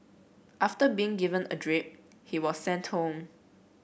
after being given a drip he was sent home